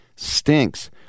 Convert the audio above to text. Stinks